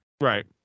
Right